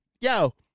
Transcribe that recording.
Yo